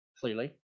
clearly